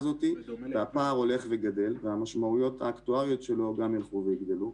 הפער הולך וגדל והמשמעויות האקטואריות שלו גם ילכו ויגדלו,